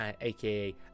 aka